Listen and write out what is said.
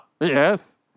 Yes